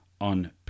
on